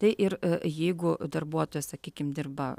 tai ir jeigu darbuotojas sakykim dirba